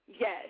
yes